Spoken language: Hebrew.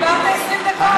אבל דיברת 20 דקות.